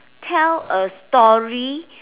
tell a story